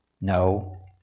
No